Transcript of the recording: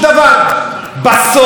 אתם יודעים את זה,